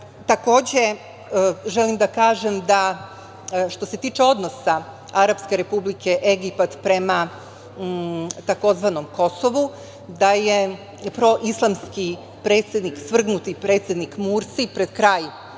UNESKO.Takođe želim da kažem da što se tiče odnosa arapske Republike Egipat prema tzv. Kosovu da je proislamski predsednik svrgnut, predsednik Mursi je pred kraj